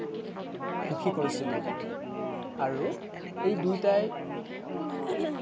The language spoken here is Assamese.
সুখী কৰিছিলোঁ আৰু এই দুয়োটাই